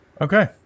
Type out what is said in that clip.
okay